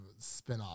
spinoff